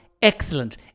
Excellent